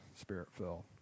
spirit-filled